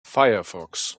firefox